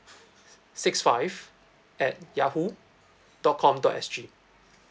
six five at yahoo dot com dot S G